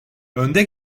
önde